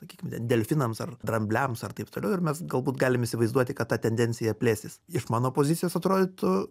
sakykim ten delfinams ar drambliams ar taip toliau ir mes galbūt galim įsivaizduoti kad ta tendencija plėsis iš mano pozicijos atrodytų